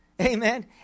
amen